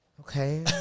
Okay